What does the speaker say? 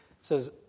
says